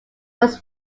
was